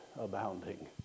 abounding